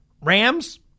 Rams